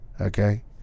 Okay